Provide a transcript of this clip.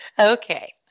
Okay